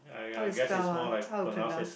how you spell ah how you pronounce